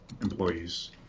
employees